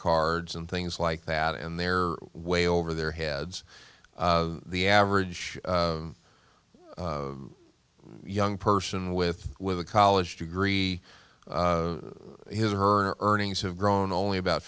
cards and things like that and they're way over their heads the average young person with with a college degree his her earnings have grown only about